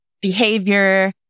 behavior